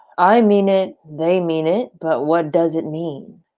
i mean it, they mean it. but what does it mean?